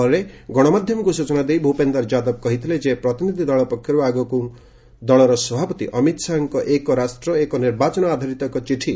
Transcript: ପରେ ଗଣମାଧ୍ୟମକୁ ସୂଚନା ଦେଇ ଭୁପେନ୍ଦର ଯାଦବ କହିଥିଲେ ଯେ ପ୍ରତିନିଧି ଦଳ ପକ୍ଷରୁ ଆୟୋଗକୁ ଦଳର ସଭାପତି ଅମିତ ଶାହାଙ୍କ 'ଏକ ରାଷ୍ଟ ଏକ ନିର୍ବାଚନ' ଆଧାରିତ ଏକ ଚିଠି ପ୍ରଦାନ କରାଯାଇଥିଲା